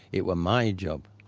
it were my job.